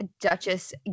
Duchess